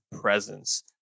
presence